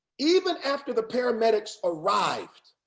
even after the paramedics arrived,